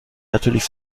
natürlich